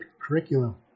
curriculum